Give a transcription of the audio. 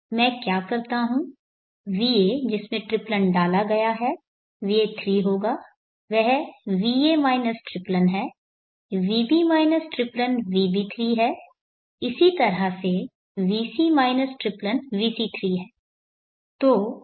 मैं क्या करता हूं va जिसमे ट्रिप्लन डाला गया है va3 होगा वह va माइनस ट्रिप्लन है vb माइनस ट्रिप्लन vb3 है इसी तरह से vc माइनस ट्रिप्लन vc3 है